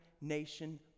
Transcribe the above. nation